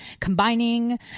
combining